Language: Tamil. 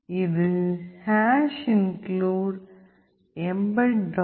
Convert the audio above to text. இது இன்க்ளுட் எம்பெட்